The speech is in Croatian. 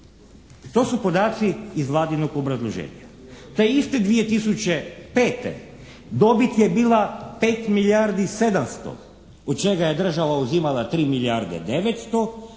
To su podaci iz Vladinog obrazloženja. Te iste 2005. dobit je bila 5 milijardi 700 od čega je država uzimala 3 milijarde 900,